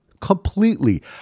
Completely